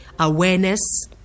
Awareness